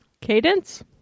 cadence